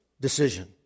decision